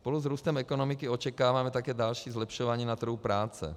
Spolu s růstem ekonomiky očekáváme také další zlepšování na trhu práce.